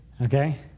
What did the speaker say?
Okay